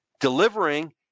delivering